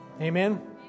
Amen